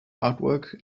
artwork